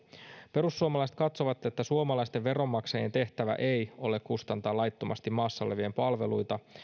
perussuomalaiset katsovat että suomalaisten veronmaksajien tehtävä ei ole kustantaa laittomasti maassa olevien palveluita